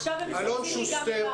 היה ולא?